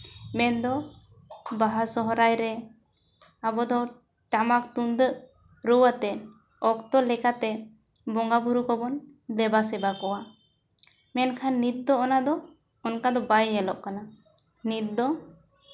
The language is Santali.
ᱢᱮᱱᱫᱚ ᱵᱟᱦᱟ ᱥᱚᱦᱨᱟᱭ ᱨᱮ ᱟᱵᱚ ᱫᱚ ᱴᱟᱢᱟᱠ ᱛᱩᱢᱫᱟᱹᱜ ᱨᱩ ᱟᱛᱮᱜ ᱚᱠᱛᱚ ᱞᱮᱠᱟᱛᱮ ᱵᱚᱸᱜᱟᱼᱵᱩᱨᱩ ᱠᱚᱵᱚᱱ ᱫᱮᱵᱟ ᱥᱮᱵᱟ ᱠᱚᱣᱟ ᱢᱮᱱᱠᱷᱟᱱ ᱱᱤᱛᱚᱜ ᱚᱱᱟ ᱫᱚ ᱚᱱᱠᱟ ᱫᱚ ᱵᱟᱭ ᱧᱮᱞᱚᱜ ᱠᱟᱱᱟ ᱱᱤᱛ ᱫᱚ